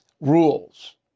rules